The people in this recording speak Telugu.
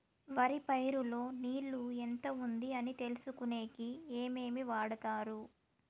వరి పైరు లో నీళ్లు ఎంత ఉంది అని తెలుసుకునేకి ఏమేమి వాడతారు?